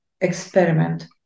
experiment